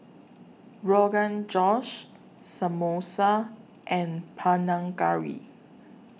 Rogan Josh Samosa and Panang Curry